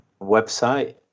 website